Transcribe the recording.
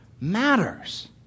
matters